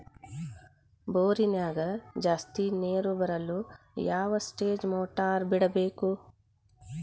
ಬೋರಿನ್ಯಾಗ ಜಾಸ್ತಿ ನೇರು ಬರಲು ಯಾವ ಸ್ಟೇಜ್ ಮೋಟಾರ್ ಬಿಡಬೇಕು?